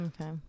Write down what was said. Okay